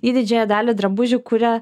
ji didžiąją dalį drabužių kuria